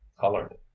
colored